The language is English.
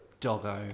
Doggo